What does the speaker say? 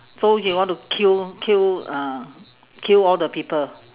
so you want to kill kill uh kill all the people